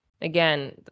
again